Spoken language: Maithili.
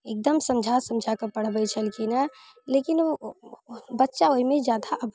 एकदम समझा समझाके पढ़ाबै छलखिन हँ लेकिन ओ बच्चा ओइमे जादा